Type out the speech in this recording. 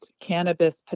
cannabis